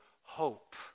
hope